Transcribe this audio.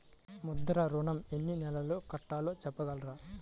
ముద్ర ఋణం ఎన్ని నెలల్లో కట్టలో చెప్పగలరా?